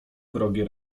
wrogie